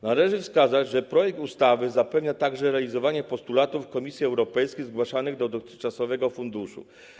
Należy wskazać, że projektowana ustawa zapewnia także realizację postulatów Komisji Europejskiej zgłaszanych do dotychczasowego funduszu.